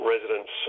residents